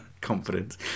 confidence